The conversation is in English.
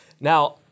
Now